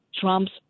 Trump's